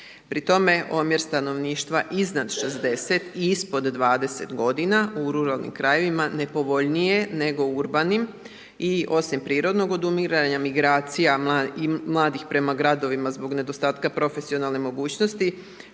Pri tome, omjer stanovništva iznad 60 i ispod 20 godina u ruralnim krajevima nepovoljniji je nego u urbanim i osim prirodnog odumiranja, migracija i mladih prema gradovima zbog nedostatka profesionalne mogućnosti,